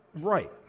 Right